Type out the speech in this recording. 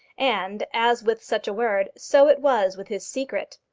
and as with such a word, so it was with his secret.